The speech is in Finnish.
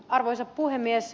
arvoisa puhemies